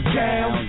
down